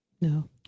No